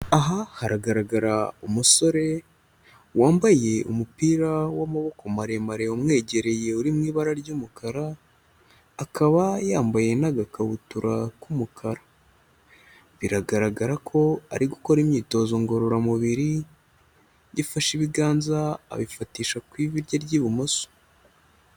Aha haragaragara umusore wambaye umupira w'amaboko maremare umwegereye uri mu ibara ry'umukara, akaba yambaye n'agakabutura k'umukara. Biragaragara ko ari gukora imyitozo ngororamubiri, rifashe ibiganza abifatisha ku ivi rye ry'ibumoso.